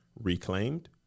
reclaimed